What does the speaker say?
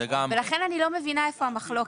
ולכן עדיין אני לא מבינה איפה המחלוקת.